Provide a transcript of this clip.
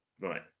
Right